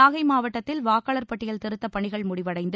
நாகை மாவட்டத்தில் வாக்காளர் பட்டியல் திருத்தப் பணிகள் முடிவடைந்து